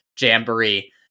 Jamboree